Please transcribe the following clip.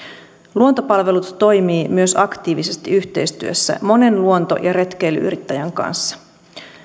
luontopalvelut toimii myös aktiivisesti yhteistyössä monen luonto ja retkeily yrittäjän kanssa